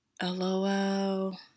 LOL